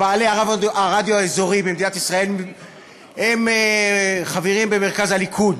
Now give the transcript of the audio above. רוב בעלי הרדיו האזורי במדינת ישראל הם חברים במרכז הליכוד,